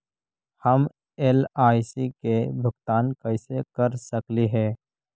हम एल.आई.सी के भुगतान कैसे कर सकली हे?